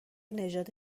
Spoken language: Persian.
نژاد